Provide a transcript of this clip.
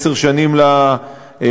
עשר שנים להתנתקות,